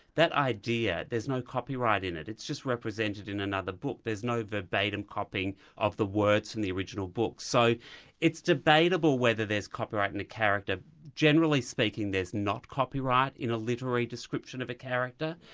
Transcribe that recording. that idea, there's no copyright in it, it's just represented in another book there's no verbatim copying of the words in the original book. so it's debatable whether there's copyright in a character. generally speaking, there's not copyright in a literary description of a character,